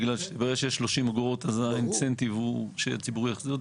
ברגע שיש 30 אגורות אז האינסנטיב הוא שהציבור יחזיר.